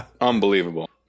Unbelievable